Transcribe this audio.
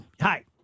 Hi